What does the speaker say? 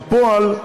בפועל,